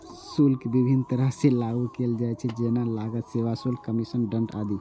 शुल्क विभिन्न तरह सं लागू कैल जाइ छै, जेना लागत, सेवा शुल्क, कमीशन, दंड आदि